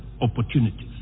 opportunities